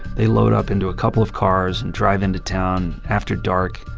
they load up into a couple of cars and drive into town after dark,